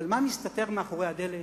אבל מה מסתתר מאחורי הדלת?